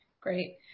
Great